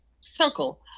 circle